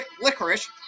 licorice